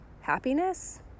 happiness